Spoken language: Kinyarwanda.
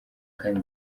kandi